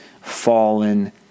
fallen